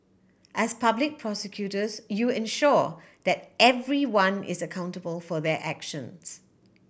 as public prosecutors you ensure that everyone is accountable for their actions